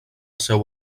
seu